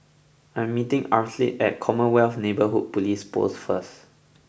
I am meeting Arleth at Commonwealth Neighbourhood Police Post first